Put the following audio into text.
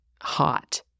hot